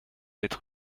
être